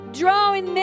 drawing